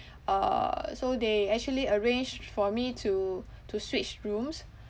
uh so they actually arranged for me to to switch rooms